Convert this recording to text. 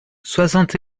soixante